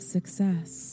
Success